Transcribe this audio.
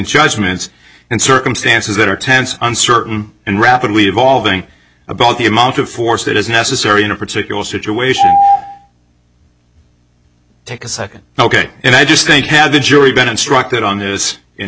judgments and circumstances that are tense uncertain and rapidly evolving about the amount of force that is necessary in a particular situation take a second ok and i just think had the jury been instructed on this